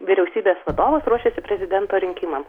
vyriausybės vadovas ruošiasi prezidento rinkimams